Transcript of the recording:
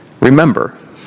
Remember